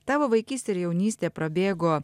tavo vaikystė ir jaunystė prabėgo